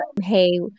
hey